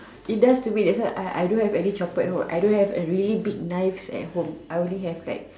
it does too me that's why I don't have any chopper at home I don't have a really big knife at home I only have like